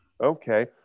Okay